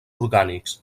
orgànics